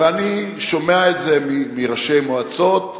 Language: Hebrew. ואני שומע את זה מראשי מועצות,